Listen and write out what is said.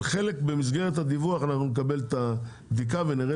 במסגרת הדיווח אנחנו נקבל את הבדיקה ונראה